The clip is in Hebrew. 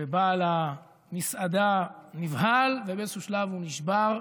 ובעל המסעדה נבהל ובאיזשהו שלב הוא נשבר.